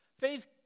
Faith